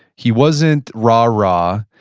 he wasn't rah, rah,